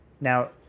Now